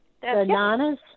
bananas